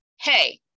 hey